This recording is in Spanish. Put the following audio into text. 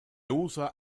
usa